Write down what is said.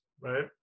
right